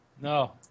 No